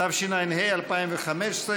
התשע"ה 2015,